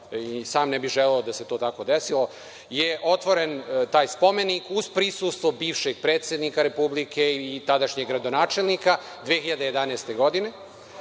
i sam ne bi želeo da se to tako desilo, je otvoren taj spomenik uz prisustvo bivšeg predsednika Republike i tadašnjeg gradonačelnika 2011. godine.